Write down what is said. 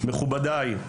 מכובדיי,